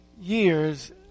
years